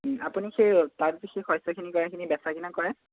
আপুনি সেই শস্যখিনি খিনি বেচা কিনা কৰে